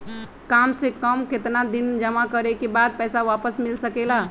काम से कम केतना दिन जमा करें बे बाद पैसा वापस मिल सकेला?